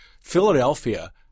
Philadelphia